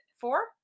four